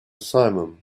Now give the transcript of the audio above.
simum